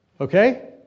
Okay